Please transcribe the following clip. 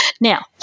Now